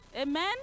Amen